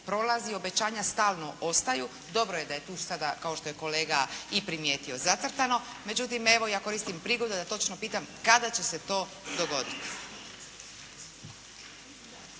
prolazi, obećanja stalno ostaju, dobro je da je tu sada, kao što je kolega i primijetio zacrtano. Međutim, evo ja koristim i prigodu da točno pitam kada će se to dogoditi.